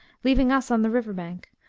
leaving us on the river bank,